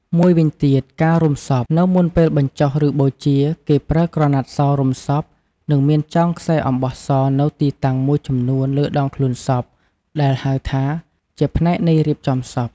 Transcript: មូយវិញទៀតការរុំសព នៅមុនពេលបញ្ចុះ ឬបូជា គេប្រើក្រណាត់សរុំសព និងមានចងខ្សែអំបោះសនៅទីតាំងមួយចំនួនលើដងខ្លួនសព ដែលហៅថា ជាផ្នែកនៃរៀបចំសព។